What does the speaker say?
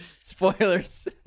spoilers